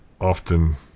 often